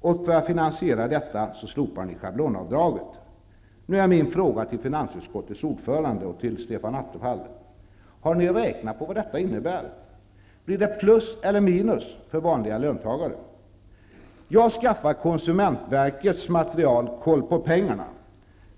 och för att finansiera detta slopar ni schablonavdraget. Nu är min fråga till finansutskottets ordförande och till Stefan Attefall: Har ni räknat på vad detta innebär? Blir det plus eller minus för vanliga löntagare? Jag skaffade mig konsumentverkets material ''Koll på pengarna''.